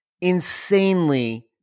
insanely